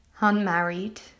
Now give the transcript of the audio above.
unmarried